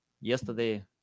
yesterday